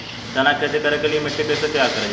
चना की खेती कर के लिए मिट्टी कैसे तैयार करें जाला?